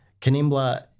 Canimbla